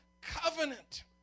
covenant